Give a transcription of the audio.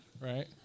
right